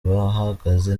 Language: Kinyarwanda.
bahagaze